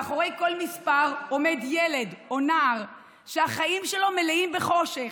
מאחורי כל מספר עומד ילד או נער שהחיים שלו מלאים בחושך,